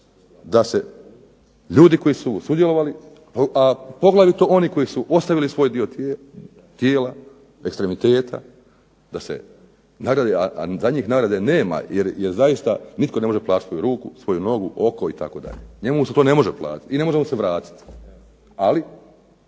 sam ljudi koji su sudjelovali, a poglavito oni koji su ostavili svoj dio tijela, ekstremiteta, a za njih nagrade nema jer zaista nitko ne može platiti svoju ruku, nogu, oko itd. njemu se to ne može platiti i ne može mu se vratiti. Ali